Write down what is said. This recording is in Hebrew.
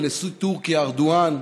לנשיא טורקיה ארדואן,